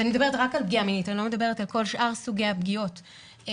ואני מדברת רק על פגיעה מינית ולא על שאר סוגי הפגיעות שיש,